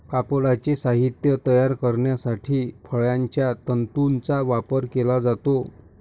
कापडाचे साहित्य तयार करण्यासाठी फळांच्या तंतूंचा वापर केला जातो